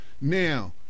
Now